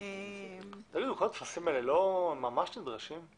כל הטפסים האלה ממש נדרשים?